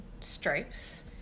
stripes